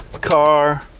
car